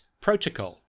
Protocol